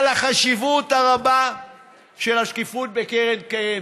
על החשיבות הרבה של השקיפות בקרן הקיימת.